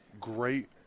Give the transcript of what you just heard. great